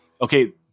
okay